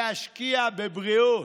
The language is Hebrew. להשקיע בבריאות.